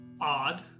odd